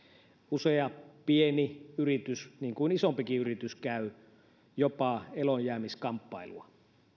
usea pieni yritys niin kuin isompikin yritys käy jopa eloonjäämiskamppailua